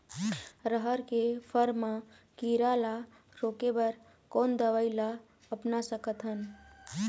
रहर के फर मा किरा रा रोके बर कोन दवई ला अपना सकथन?